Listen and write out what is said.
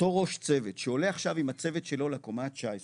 אותו ראש צוות שעולה עכשיו עם הצוות שלו לקומה ה-19